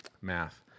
Math